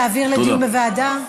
להעביר לדיון בוועדה?